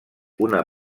una